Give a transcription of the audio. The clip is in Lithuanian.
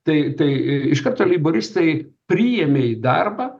tai tai iš karto leiboristai priėmė į darbą